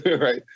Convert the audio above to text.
right